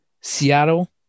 Seattle